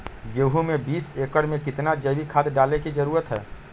गेंहू में बीस एकर में कितना जैविक खाद डाले के जरूरत है?